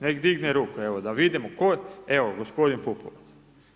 Neka digne ruku, evo da vidimo tko, evo gospodin Pupovac.